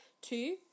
two